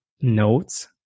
notes